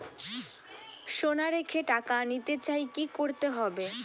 সোনা রেখে টাকা নিতে চাই কি করতে হবে?